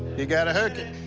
you gotta hook it.